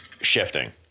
shifting